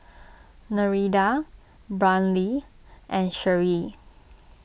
Nereida Brynlee and Sherree